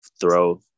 throw